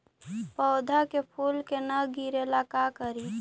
पौधा के फुल के न गिरे ला का करि?